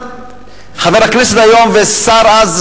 חבר הכנסת היום והשר אז,